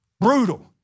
brutal